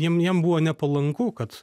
jiem jiem buvo nepalanku kad